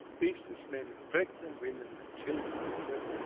businessmen and pregnant women and children, whatever.